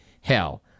Hell